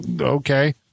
okay